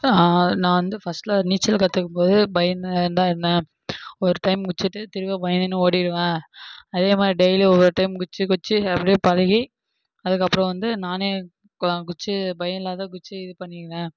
நான் வந்து ஃபர்ஸ்ட்டில் நீச்சல் கற்றுக்கும்போது பயந்து தான் இருந்தேன் ஒரு டைம் குச்சிட்டு திரும்ப பயந்துன்னு ஓடிடுவேன் அதேமாதிரி டெய்லி ஒவ்வொரு டைம் குச்சி குச்சி அப்படே பழகி அதுக்கு அப்புறோம் வந்து நானே கு குச்சி பயம் இல்லாத குச்சி இது பண்ணிகுன